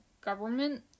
government